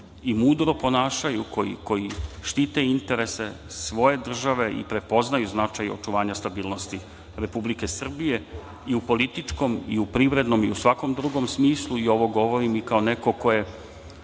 i mudro ponašaju, koji štite interese svoje države i prepoznaju značaj očuvanja stabilnosti Republike Srbije i u političkom i u privrednom i u svakom drugom smislu. Ovo govorim i kao neko ko je